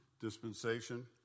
dispensation